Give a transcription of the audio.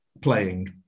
playing